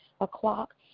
o'clock